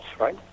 right